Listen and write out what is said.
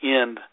end